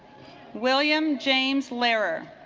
william james lehrer